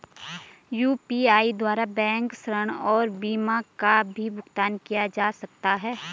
UPI द्वारा bank ऋण और बीमा का भी भुगतान किया जा सकता है?